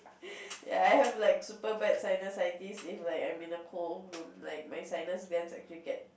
ya I have like super bad sinusitis if like I'm in a cold room like my sinus vents actually get